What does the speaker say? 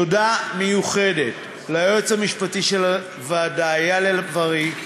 תודה מיוחדת ליועץ המשפטי של הוועדה, אייל לב-ארי,